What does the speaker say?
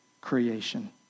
creation